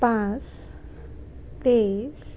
পাঁচ বিশ